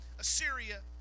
Assyria